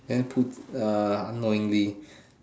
then two ah unknowingly